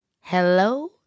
Hello